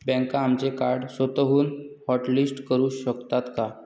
बँका आमचे कार्ड स्वतःहून हॉटलिस्ट करू शकतात का?